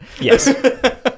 Yes